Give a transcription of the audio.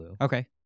Okay